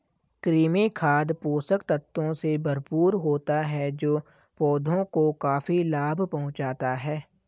कृमि खाद पोषक तत्वों से भरपूर होता है जो पौधों को काफी लाभ पहुँचाता है